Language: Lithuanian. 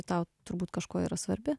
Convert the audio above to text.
tau turbūt kažkuo yra svarbi